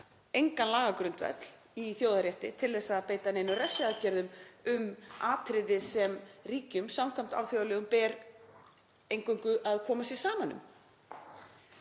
engan lagagrundvöll í þjóðarétti til að beita neinum refsiaðgerðum um atriði sem ríkjum, samkvæmt alþjóðalögum, ber eingöngu að koma sér saman um.